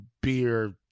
beer